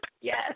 Yes